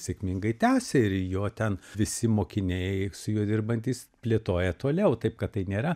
sėkmingai tęsia ir jo ten visi mokiniai su juo dirbantys plėtoja toliau taip kad tai nėra